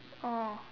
oh